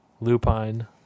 lupine